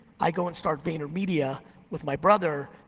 i go and start vaynermedia with my brother,